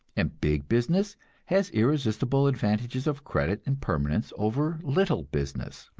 and big business has irresistible advantages of credit and permanence over little business.